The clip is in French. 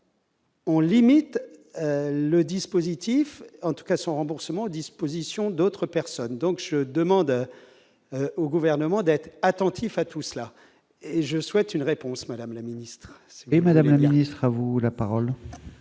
en tout cas son remboursement à disposition d'autres personnes, donc je demande au gouvernement d'être attentif à tout cela et je souhaite une réponse, Madame la Ministre. Et Madame la Ministre, à vous la parole.